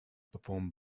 performed